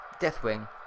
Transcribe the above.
Deathwing